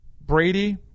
Brady